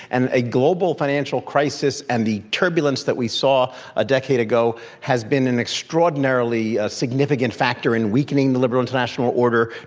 and a global financial crisis and the turbulence that we saw a decade ago has been an extraordinarily ah significant factor in weakening the liberal international order,